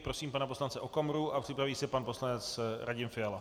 Prosím pana poslance Okamuru a připraví se pan poslanec Radim Fiala.